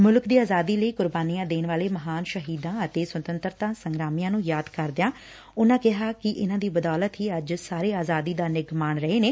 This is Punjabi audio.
ਮੁਲਕ ਦੀ ਆਜ਼ਾਦੀ ਲਈ ਕੁਰਬਾਨੀਆ ਦੇਣ ਵਾਲੇ ਮਹਾਨ ਸ਼ਹੀਦਾ ਅਤੇ ਸੁਤੰਤਰਤਾ ਸੰਗਰਾਮੀਆਂ ਨੂੰ ਯਾਦ ਕਰਦਿਆਂ ਉਨਾਂ ਕਿਹਾ ਕਿ ਇਨਾਂ ਦੀ ਬਦੌਲਤ ਹੀ ਅੱਜ ਸਾਰੇ ਅਜ਼ਾਦੀ ਦਾ ਨਿੱਘ ਮਾਣ ਰਹੇ ਨੇ